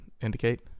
indicate